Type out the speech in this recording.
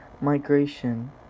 Migration